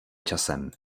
časem